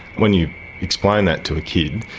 when you explain that to a kid,